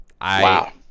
wow